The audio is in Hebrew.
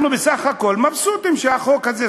אנחנו בסך הכול מבסוטים שהחוק הזה,